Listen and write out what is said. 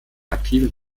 aktiven